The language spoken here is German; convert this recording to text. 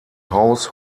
haus